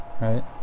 Right